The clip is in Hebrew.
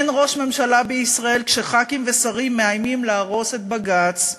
אין ראש ממשלה בישראל כשח"כים ושרים מאיימים להרוס את בג"ץ,